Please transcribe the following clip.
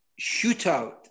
shootout